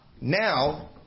now